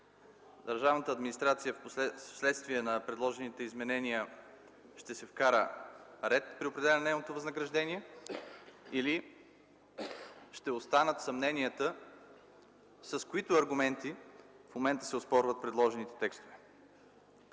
държавната администрация, вследствие на предложените изменения, ще се вкара ред при определяне на нейното възнаграждение, или ще останат съмненията, с каквито аргументи в момента се оспорват предложените текстове.